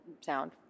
sound